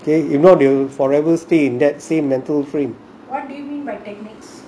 okay if not they will forever stay in that same mental frame